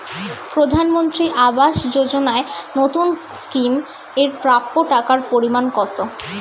প্রধানমন্ত্রী আবাস যোজনায় নতুন স্কিম এর প্রাপ্য টাকার পরিমান কত?